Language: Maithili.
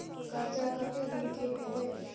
कर्जा कत्ते दिन के भेलै?